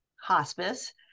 hospice